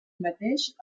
mateix